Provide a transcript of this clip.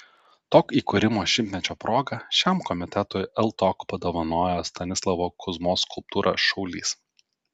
tok įkūrimo šimtmečio proga šiam komitetui ltok padovanojo stanislovo kuzmos skulptūrą šaulys